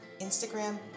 Instagram